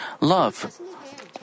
love